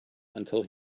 until